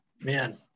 man